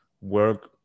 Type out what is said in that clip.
work